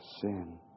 sin